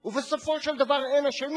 ובסופו של דבר אין אשמים,